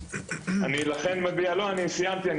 אני סיימתי,